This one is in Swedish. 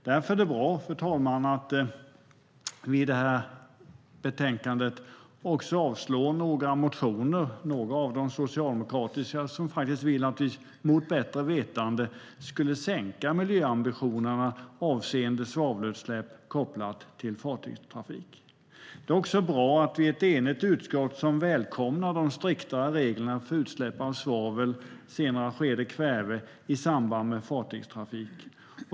Därför är det bra att vi i detta betänkande avstyrker några motioner - några av dem socialdemokratiska - som vill att vi mot bättre vetande ska sänka miljöambitionerna avseende svavelutsläpp kopplat till fartygstrafik. Det är också bra att vi är ett enigt utskott som välkomnar de striktare reglerna för utsläpp av svavel och i ett senare skede kväve i samband med fartygstrafik.